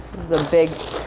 is a big,